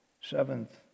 seventh